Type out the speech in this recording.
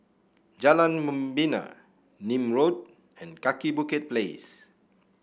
Jalan Membina Nim Road and Kaki Bukit Place